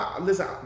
listen